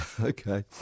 Okay